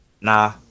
Nah